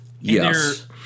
Yes